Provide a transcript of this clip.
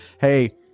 Hey